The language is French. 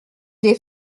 des